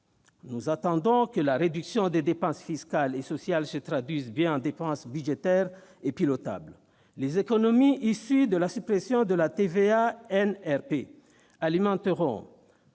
Nous attendons que la réduction des dépenses fiscales et sociales se traduise bien en dépenses budgétaires et pilotables. Les économies issues de la suppression de la TVA-NPR alimenteront